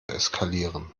eskalieren